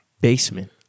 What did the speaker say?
basement